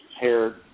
hair